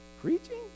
Preaching